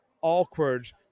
awkward